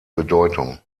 bedeutung